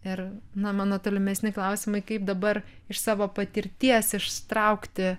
ir na mano tolimesni klausimai kaip dabar iš savo patirties ištraukti